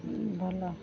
ଭଲ